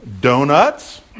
Donuts